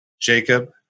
Jacob